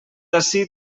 ací